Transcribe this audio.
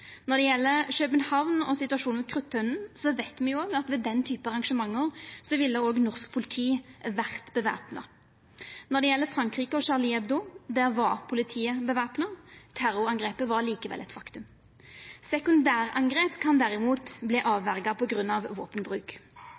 Når det gjeld København og situasjonen ved Krudttønden, veit me jo at ved den typen arrangement ville òg norsk politi vore bevæpna. Når det gjeld Frankrike og Charlie Hebdo: Der var jo politiet bevæpna, men terrorangrepet var likevel eit faktum. Sekundærangrep kan derimot avverjast på grunn av våpenbruk,